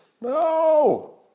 no